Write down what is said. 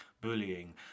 bullying